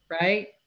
right